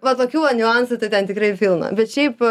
va tokių va niuansų tai ten tikrai pilna bet šiaip